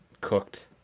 cooked